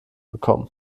bekommen